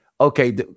okay